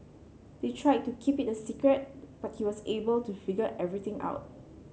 they tried to keep it a secret but he was able to figure everything out